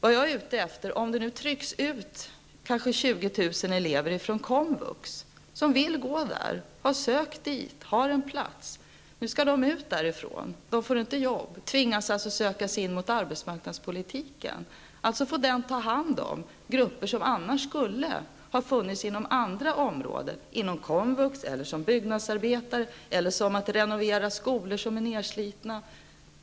Nu trycks det ut kanske 20 000 elever från komvux som vill gå där, som har sökt dit och som har plats där. Nu skall de ut därifrån. De får inte jobb och tvingas alltså söka sig in mot arbetsmarknadspolitiken. Den får alltså ta hand om grupper som annars skulle ha funnits inom andra områden, inom komvux, som byggnadsarbetare eller sysselsatta med att renovera skolor som är nerslitna.